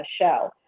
show